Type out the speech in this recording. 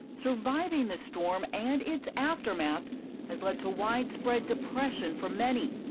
surviving the storm and its aftermath has led to widespread depression for many,